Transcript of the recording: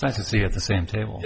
so i can see at the same table